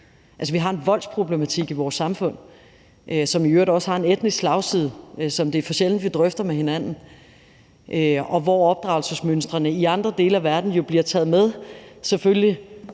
måned. Vi har en voldsproblematik i vores samfund, som i øvrigt også har en etnisk slagside, som det er for sjældent vi drøfter med hinanden. Opdragelsesmønstrene i andre dele af verden bliver jo selvfølgelig